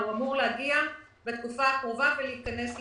הוא אמור להגיע בתקופה הקרובה, ולהיכנס לעבודה.